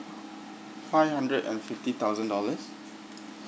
five hundred and fifty thousand dollars